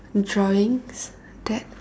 drawings that